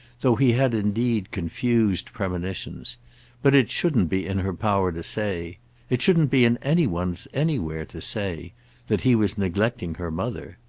though he had indeed confused premonitions but it shouldn't be in her power to say it shouldn't be in any one's anywhere to say that he was neglecting her mother.